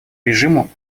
режиму